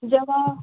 ਜਗ੍ਹਾ